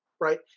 right